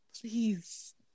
Please